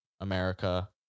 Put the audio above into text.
America